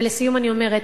ולסיום אני אומרת,